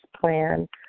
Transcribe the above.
plan